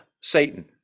Satan